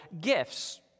gifts